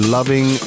Loving